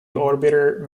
orbiter